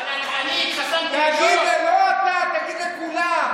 ואללה, אני התחסנתי, לא אתה, תגיד לכולם.